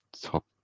top